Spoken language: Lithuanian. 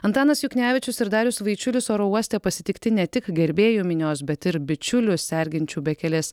antanas juknevičius ir darius vaičiulis oro uoste pasitikti ne tik gerbėjų minios bet ir bičiulių sergančių bekelės